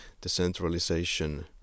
decentralization